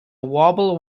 wobble